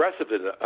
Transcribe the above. aggressive